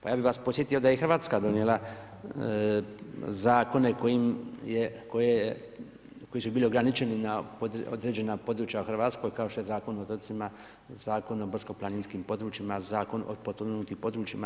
Pa ja bih vas podsjetio da je i Hrvatska donijela zakone koji su bili ograničeni na određena područja u Hrvatskoj kao što je Zakon o otocima, Zakon o brdsko-planinskim područjima, Zakon o potpomognutim područjima.